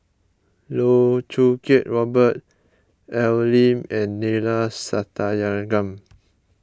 Loh Choo Kiat Robert Al Lim and Neila Sathyalingam